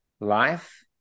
life